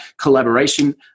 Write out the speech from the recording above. collaboration